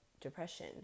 depression